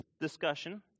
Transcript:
discussion